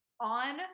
on